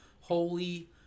Holy